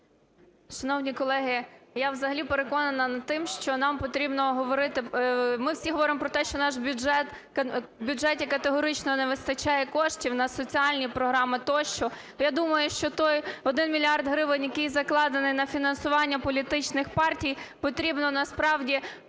Шановні колеги, я взагалі переконана тим, що нам потрібно говорити… ми всі говоримо про те, що наш бюджет, в бюджеті категорично не вистачає коштів на соціальні програми тощо. Я думаю, що той 1 мільярд гривень, який закладений на фінансування політичних партій, потрібно насправді перекласти